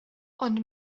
ond